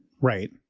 right